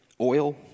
oil